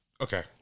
okay